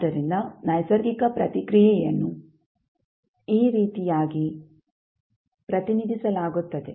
ಆದ್ದರಿಂದ ನೈಸರ್ಗಿಕ ಪ್ರತಿಕ್ರಿಯೆಯನ್ನು ಈ ರೀತಿಯಾಗಿ ಪ್ರತಿನಿಧಿಸಲಾಗುತ್ತದೆ